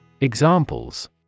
Examples